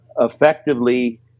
effectively